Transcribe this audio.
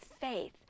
faith